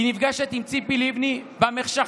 היא נפגשת עם ציפי לבני במחשכים,